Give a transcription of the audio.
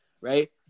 right